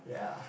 ya